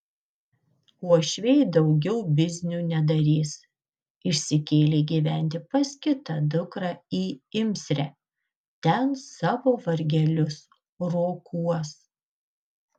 uošviai daugiau biznių nedarys išsikėlė gyventi pas kitą dukrą į imsrę ten savo vargelius rokuos